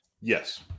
Yes